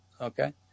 Okay